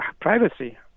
Privacy